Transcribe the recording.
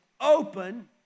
open